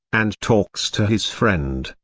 and talks to his friend,